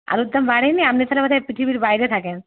আলুর দাম বাড়েনি আপনি তাহলে বোধহয় পৃথিবীর বাইরে থাকেন